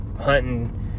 hunting